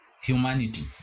humanity